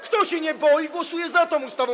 Kto się nie boi, głosuje za tą ustawą.